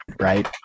right